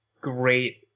great